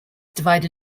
divided